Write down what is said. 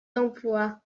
d’emploi